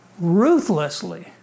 ruthlessly